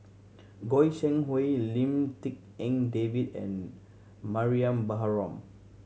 Goi Seng Hui Lim Tik En David and Mariam Baharom